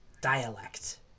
dialect